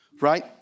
right